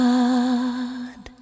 God